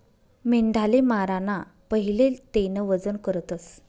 मेंढाले माराना पहिले तेनं वजन करतस